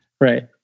right